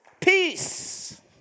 Peace